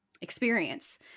experience